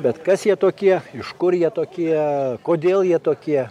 bet kas jie tokie iš kur jie tokie kodėl jie tokie